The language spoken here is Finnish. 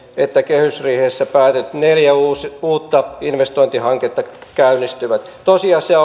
että kehysriihessä päätetyt neljä uutta investointihanketta käynnistyvät tosiasia